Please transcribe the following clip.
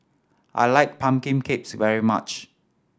I like pumpkin cakes very much